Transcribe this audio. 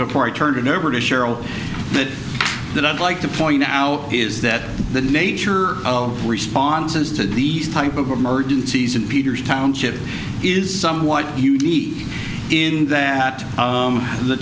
before i turn it over to cheryl that i'd like to point out is that the nature of responses to these type of emergencies and peters township is somewhat unique in that